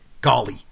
Golly